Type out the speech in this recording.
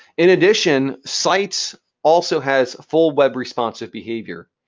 in addition, sites also has full web responsive behavior.